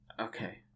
okay